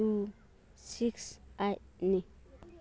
two six ꯑꯦꯠꯅꯤ